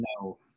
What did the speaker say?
no